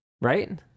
Right